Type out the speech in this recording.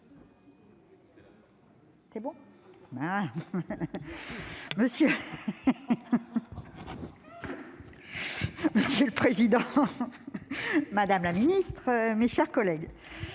Alain Marc. Monsieur le président, madame la ministre, mes chers collègues,